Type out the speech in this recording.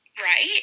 right